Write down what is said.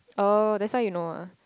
oh that's why you know ah